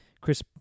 Chris